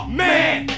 man